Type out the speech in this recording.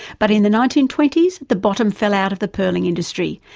but in the nineteen twenty s the bottom fell out of the pearling industry,